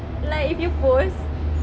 like if you post